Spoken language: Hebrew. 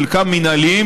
חלקם מינהליים,